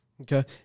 Okay